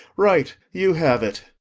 right, you have it.